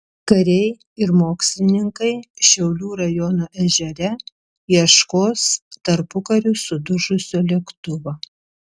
kariai ir mokslininkai šiaulių rajono ežere ieškos tarpukariu sudužusio lėktuvo